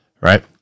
right